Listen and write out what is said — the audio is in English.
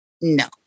No